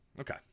Okay